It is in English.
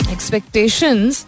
Expectations